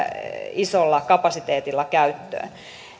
isolla kapasiteetilla käyttöön